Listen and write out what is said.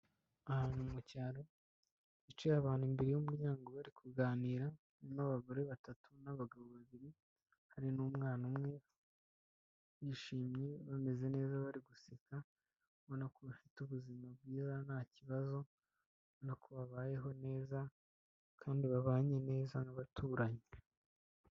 Ahantu mu cyaro hicaye abantu imbere y'umuryango bari kuganira harimo abagore batatu n'abagabo babiri, hari n'umwana umwe bishimye bameze neza bari guseka, ubona ko bafite ubuzima bwiza nta kibazo ubona ko babayeho neza kandi babanye neza n'abaturanyi.